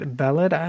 ballad